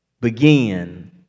begin